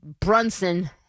Brunson